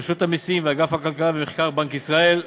רשות המסים ואגף הכלכלה והמחקר בבנק ישראל,